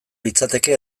litzateke